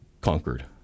conquered